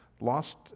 lost